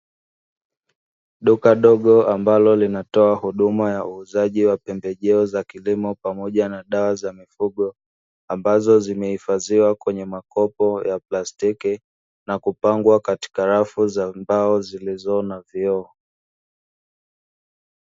Duka dogo ambalo linatoa huduma ya uuzaji wa pembejeo za kilimo pamoja na dawa za mifugo ambazo zimehifadhiwa kwenye makopo ya plastiki na kupangwa katika rafu za mbao zilizo na vioo.